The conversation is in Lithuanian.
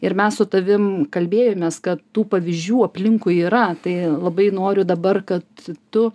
ir mes su tavim kalbėjomės kad tų pavyzdžių aplinkui yra tai labai noriu dabar kad tu